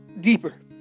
deeper